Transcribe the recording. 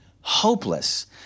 hopeless